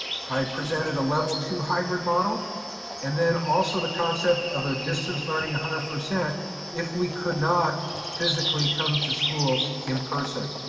i presented a level two hybrid model and then also the concept of a distance learning one hundred percent if we could not physically come to school in person.